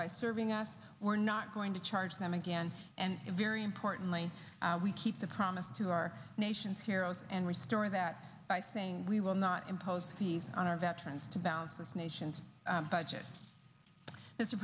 by serving us we're not going to charge them again and very importantly we keep the promise to our nation's heroes and restore that by saying we will not impose on our veterans to bounce this nation's budget as